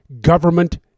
government